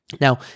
Now